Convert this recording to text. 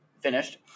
finished